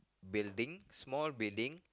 building small building